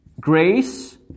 grace